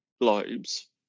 globes